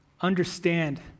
understand